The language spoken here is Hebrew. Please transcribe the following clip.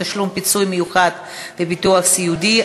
תשלום פיצוי מיוחד בביטוח סיעודי),